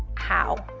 how?